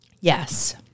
Yes